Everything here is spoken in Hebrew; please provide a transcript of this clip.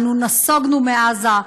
אנו נסוגנו מעזה,